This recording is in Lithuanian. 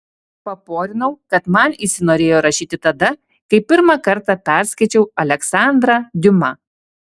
paporinau kad man įsinorėjo rašyti tada kai pirmą kartą perskaičiau aleksandrą diuma